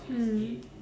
mm